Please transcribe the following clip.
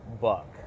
buck